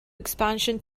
expansion